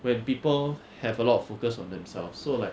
when people have a lot of focus on themselves so like